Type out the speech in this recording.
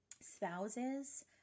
spouses